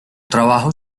trabajo